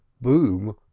boom